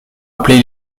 appelés